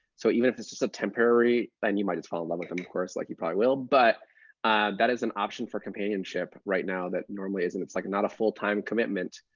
so even if it's just a temporary and you might just fall in love with them, of course, like you probably will. but that is an option for companionship right now that normally isn't. it's like not a full-time commitment.